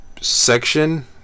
section